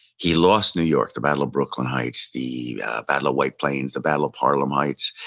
he lost new york, the battle of brooklyn heights, the battle of white plans, the battle of harlem heights.